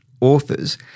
authors